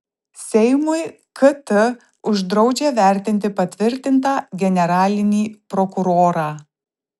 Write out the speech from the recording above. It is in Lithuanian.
seimui kt uždraudžia vertinti patvirtintą generalinį prokurorą